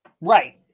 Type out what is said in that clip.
Right